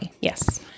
yes